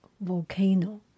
volcano